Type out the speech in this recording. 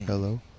Hello